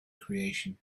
creation